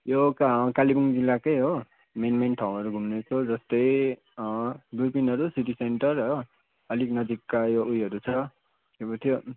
यो कालिम्पोङ जिल्लाकै हो मेन मेन ठाउँहरु घुम्नेछौँ जस्तै दुर्पिनहरू सिटी सेन्टर हो अलिक नजिकका यो उयोहरू छ के पो थियो